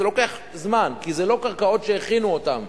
זה לוקח זמן, כי זה לא קרקעות שהכינו אותן.